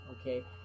okay